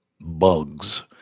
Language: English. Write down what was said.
bugs